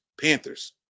Panthers